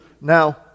Now